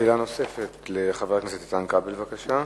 שאלה נוספת לחבר הכנסת איתן כבל, בבקשה.